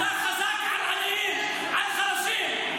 אתה חזק על עניים, על חלשים.